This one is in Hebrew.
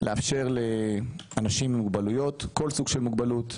לאפשר לאנשים עם מוגבלויות כל סוג של מוגבלות,